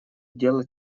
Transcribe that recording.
дело